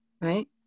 right